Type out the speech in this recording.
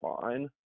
fine